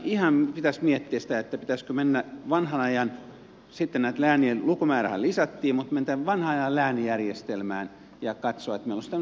ihan pitäisi miettiä sitä pitäisikö mennä vanhan ajan sitten näitten läänien lukumääräähän lisättiin läänijärjestelmään ja katsoa että meillä olisi tämmöiset suhteellisen suuret läänit